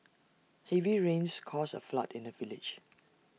heavy rains caused A flood in the village